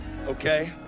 Okay